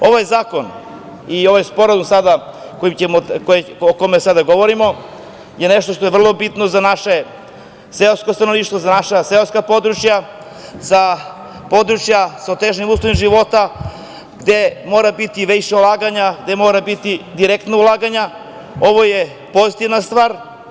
Ovaj zakon i ovaj sporazum o kome sada govorimo je nešto što je vrlo bitno za naše seosko stanovništvo, za naša seljačka područja, za područja sa otežanim uslovima života gde mora biti više ulaganja, gde mora biti direktnog ulaganja, ovo je pozitivna stvar.